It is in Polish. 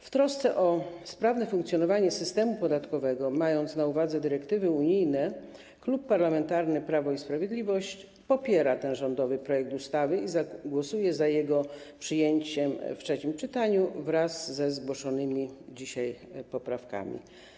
W trosce o sprawne funkcjonowanie systemu podatkowego, mając na uwadze dyrektywy unijne, Klub Parlamentarny Prawo i Sprawiedliwość popiera ten rządowy projekt ustawy i zagłosuje za jego przyjęciem w trzecim czytaniu wraz ze zgłoszonymi dzisiaj poprawkami.